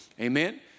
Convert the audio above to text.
amen